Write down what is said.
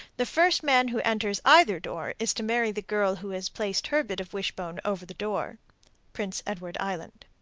the first man who enters either door is to marry the girl who has placed her bit of wishbone over the door prince edward island.